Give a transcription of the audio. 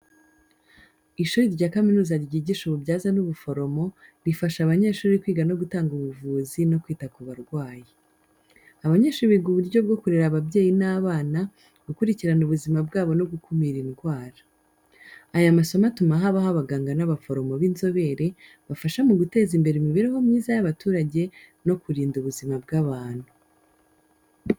Ishuri rya kaminuza ryigisha ububyaza n’ubuforomo rifasha abanyeshuri kwiga gutanga ubuvuzi no kwita ku barwayi. Abanyeshuri biga uburyo bwo kurera ababyeyi n’abana, gukurikirana ubuzima bwabo no gukumira indwara. Aya masomo atuma habaho abaganga n’abaforomo b’inzobere, bafasha mu guteza imbere imibereho myiza y’abaturage no kurinda ubuzima bw’abantu.